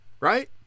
Right